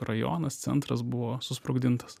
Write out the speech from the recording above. rajonas centras buvo susprogdintas